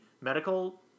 medical